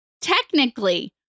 technically